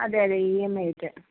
അതെ അതെ E M I ആയിട്ട്